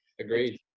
Agreed